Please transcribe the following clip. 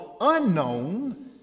unknown